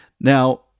now